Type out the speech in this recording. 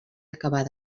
acabar